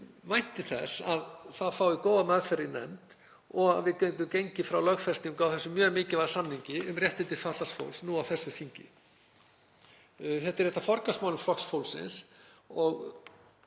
vænti þess að það fái góða meðferð í nefnd og að við getum gengið frá lögfestingu á þessum mjög mikilvæga samningi um réttindi fatlaðs fólks nú á þessu þingi. Þetta er eitt af forgangsmálum Flokks fólksins og